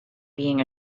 being